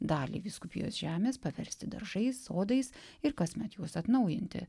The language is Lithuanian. dalį vyskupijos žemės paversti daržais sodais ir kasmet juos atnaujinti